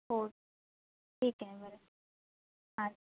हो ठीक आहे बरं अच्छा